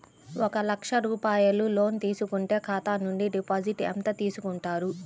ఒక లక్ష రూపాయలు లోన్ తీసుకుంటే ఖాతా నుండి డిపాజిట్ ఎంత చేసుకుంటారు?